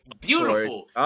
beautiful